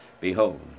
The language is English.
Behold